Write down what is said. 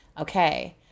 okay